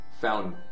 found